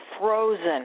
frozen